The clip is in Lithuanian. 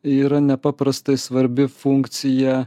yra nepaprastai svarbi funkcija